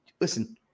listen